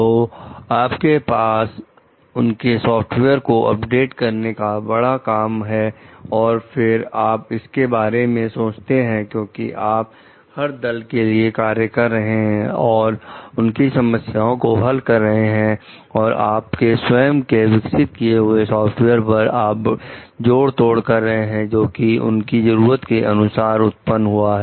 तो आपके पास उनके सॉफ्टवेयर को अपडेट करने का बड़ा काम है और फिर आप इसके बारे में सोचते हैं क्योंकि आप हर दल के लिए कार्य कर रहे हैं और उनकी समस्याओं को हल कर रहे हैं और आपके स्वयं के विकसित किए हुए सॉफ्टवेयर पर आप जोड़ तोड़ कर रहे हैं जोकि उनकी जरूरत के अनुसार उत्पन्न हुए हैं